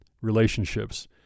relationships